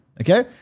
okay